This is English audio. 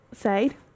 side